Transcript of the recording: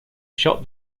shot